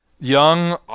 Young